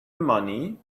money